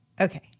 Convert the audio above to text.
Okay